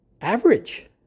average